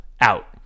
Out